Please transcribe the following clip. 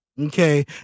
Okay